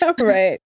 Right